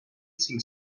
cinc